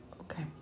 okay